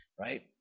right